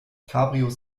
cabrios